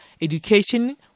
Education